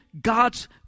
God's